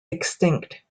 extinct